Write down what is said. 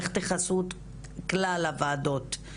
איך תכסו את כלל הוועדות,